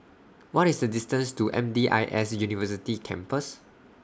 What IS The distance to M D I S University Campus